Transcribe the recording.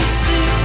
see